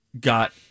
got